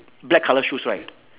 black colour shoes right